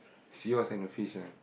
seahorse and a fish uh